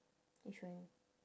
which one